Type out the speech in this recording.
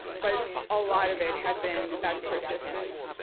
but a lot of it had been that persistence,